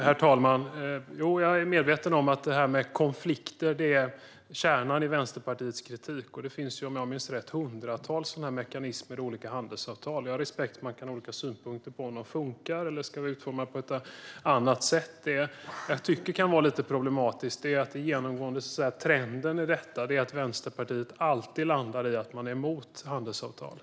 Herr talman! Jo, jag är medveten om att detta med konflikter är kärnan i Vänsterpartiets kritik. Om jag minns rätt finns det hundratals sådana mekanismer i olika handelsavtal. Jag har respekt för att man kan ha olika synpunkter på om de funkar eller om de ska vara utformade på ett annat sätt. Det jag tycker jag kan vara lite problematiskt är att den genomgående trenden i detta är att Vänsterpartiet alltid landar i att man är emot handelsavtal.